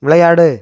விளையாடு